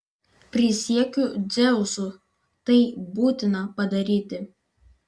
prisiekiu dzeusu tai būtina padaryti